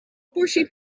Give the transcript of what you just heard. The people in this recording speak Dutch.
portie